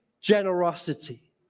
generosity